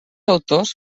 autors